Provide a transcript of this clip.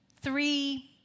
three